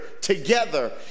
together